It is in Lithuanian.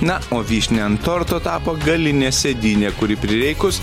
na o vyšnia ant torto tapo galinė sėdynė kuri prireikus